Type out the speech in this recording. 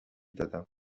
دادم